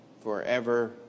forever